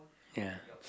ya